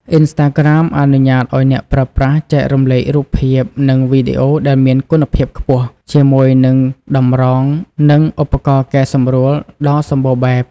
អុីនស្តាក្រាម អនុញ្ញាតឱ្យអ្នកប្រើប្រាស់ចែករំលែករូបភាព និងវីដេអូដែលមានគុណភាពខ្ពស់ ជាមួយនឹងតម្រង និងឧបករណ៍កែសម្រួលដ៏សម្បូរបែប។